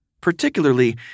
Particularly